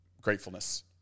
gratefulness